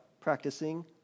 Practicing